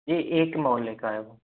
जी एक मोले का है वो